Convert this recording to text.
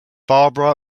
barbara